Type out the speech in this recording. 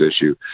issue